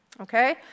okay